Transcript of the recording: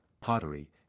pottery